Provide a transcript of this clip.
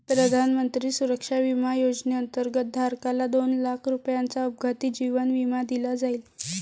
प्रधानमंत्री सुरक्षा विमा योजनेअंतर्गत, धारकाला दोन लाख रुपयांचा अपघाती जीवन विमा दिला जाईल